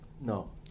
No